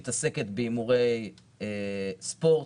מתעסקים בהימורי ספורט,